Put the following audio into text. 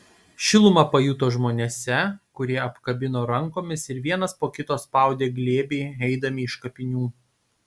šilumą pajuto žmonėse kurie apkabino rankomis ir vienas po kito spaudė glėby eidami iš kapinių